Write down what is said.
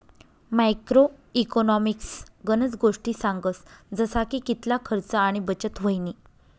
macro economics गनज गोष्टी सांगस जसा की कितला खर्च आणि बचत व्हयनी